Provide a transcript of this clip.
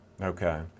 Okay